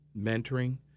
mentoring